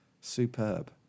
superb